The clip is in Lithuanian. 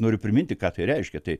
noriu priminti ką tai reiškia tai